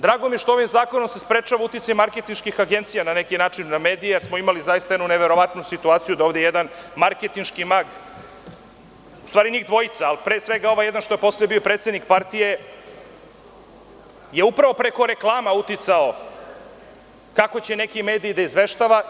Drago mi je što ovim zakonom se sprečava uticaj marketinških agencija na neki način na medije, jer smo imali jednu zaista neverovatnu situaciju da ovde jedan marketinški mag, u stvari njih dvojica, ali pre svega ovaj jedan što je posle bio predsednik partije, je upravo preko reklama uticao kako će neki mediji da izveštavaju.